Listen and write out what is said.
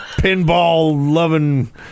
pinball-loving